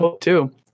Two